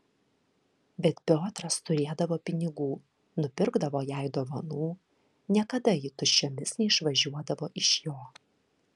bet piotras turėdavo pinigų nupirkdavo jai dovanų niekada ji tuščiomis neišvažiuodavo iš jo